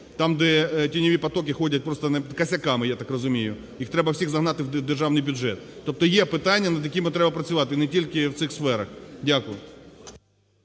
там де тіньові потоки ходять просто косяками, я так розумію. Їх треба всіх загнати в державний бюджет. Тобто є питання, над якими треба працювати, не тільки в цих сферах. Дякую.